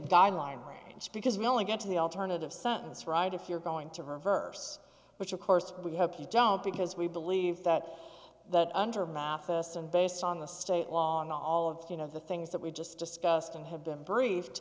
guideline range because we only get to the alternative sentence right if you're going to reverse which of course we hope you don't because we believe that that under matheson based on the state law and all of you know the things that we just discussed and have been briefed